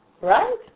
Right